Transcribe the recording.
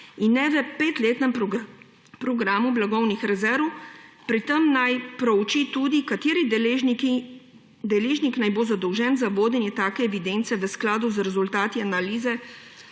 in ne v petletnem programu blagovnih rezerv, pri tem naj prouči tudi, kateri deležnik naj bo zadolžen za vodenje take evidence v skladu z rezultati analize,